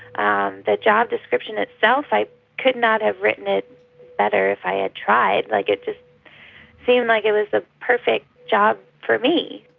um the job description itself, i could not have written it better if i had tried, like it seemed like it was the perfect job for me.